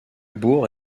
bourg